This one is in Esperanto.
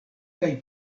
kaj